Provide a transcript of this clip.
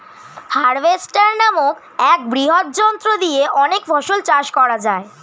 harvester নামক এক বৃহৎ যন্ত্র দিয়ে অনেক ফসল চাষ করা যায়